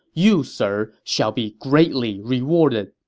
you, sir, shall be greatly rewarded.